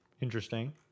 Interesting